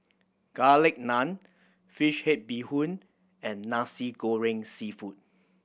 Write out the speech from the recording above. Garlic Naan fish head bee hoon and Nasi Goreng Seafood